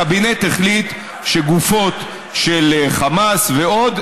הקבינט החליט שגופות של חמאס ועוד,